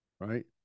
Right